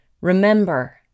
Remember